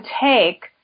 take